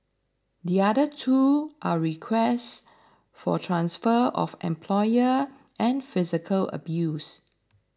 the other two are requests for transfer of employer and physical abuse